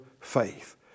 faith